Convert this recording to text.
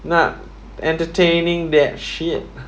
not entertaining that shit